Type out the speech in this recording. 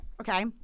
okay